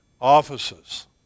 Offices